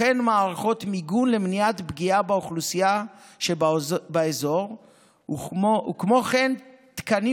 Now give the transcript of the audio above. כמו כן נבחנים מערכות מיגון למניעת פגיעה באוכלוסייה שבאזור וכן תקנים